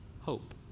hope